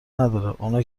نداره، اونا